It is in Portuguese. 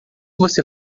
você